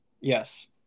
Yes